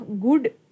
good